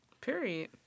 Period